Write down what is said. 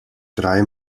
drei